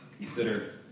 consider